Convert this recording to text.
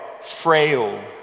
frail